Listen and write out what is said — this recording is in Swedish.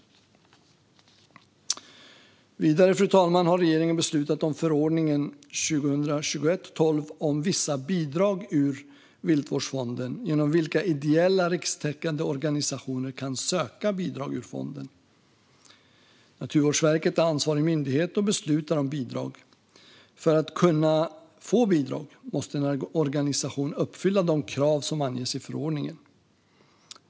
Vidare, fru talman, har regeringen beslutat om förordningen om vissa bidrag ur Viltvårdsfonden, genom vilken ideella rikstäckande organisationer kan söka bidrag ur fonden. Naturvårdsverket är ansvarig myndighet och beslutar om bidrag. För att kunna få bidrag måste en organisation uppfylla de krav som anges i förordningen.